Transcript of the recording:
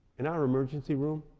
in our emergency room,